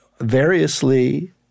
Variously